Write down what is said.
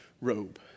robe